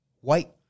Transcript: White